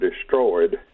destroyed